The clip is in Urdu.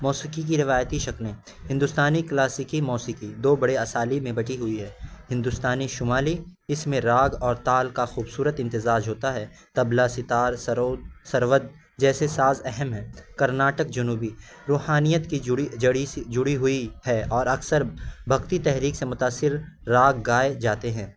موسیقی کی روایتی شکلیں ہندوستانی کلاسیکی موسیقی دو بڑے اسالیب میں بٹی ہوئی ہے ہندوستانی شمالی اس میں راگ اور تال کا خوبصورت امتزاج ہوتا ہے طبلہ ستار سروت سرود جیسے ساز اہم ہے کرناٹک جنوبی روحانیت کی جڑی جڑی ہوئی ہے اور اکثر بھکتی تحریک سے متاثر راگ گائے جاتے ہیں